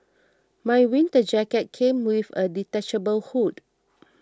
my winter jacket came with a detachable hood